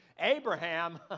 Abraham